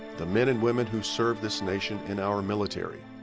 the men and women who served this nation in our military.